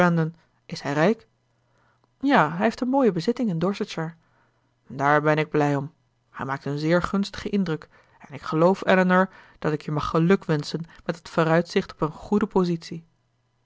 is hij rijk ja hij heeft een mooie bezitting in dorsetshire daar ben ik blij om hij maakt een zeer gunstigen indruk en ik geloof elinor dat ik je mag gelukwenschen met het vooruitzicht op een goede positie